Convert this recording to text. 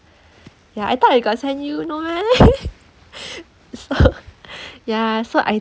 ya I thought I got send you no meh so ya so I